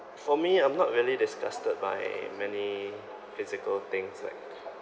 for me I'm not really disgusted by many physical things like